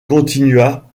continua